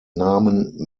namen